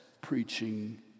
preaching